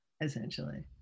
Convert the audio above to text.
essentially